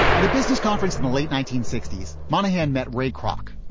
at a business conference in the late nineteen sixty s, monahan met ray kroc,